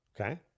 Okay